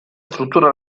struttura